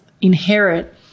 inherit